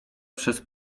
przez